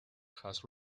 has